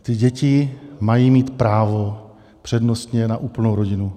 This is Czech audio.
Ty děti mají mít právo přednostně na úplnou rodinu.